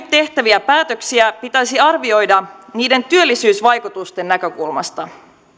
tehtäviä päätöksiä pitäisi arvioida niiden työllisyysvaikutusten näkökulmasta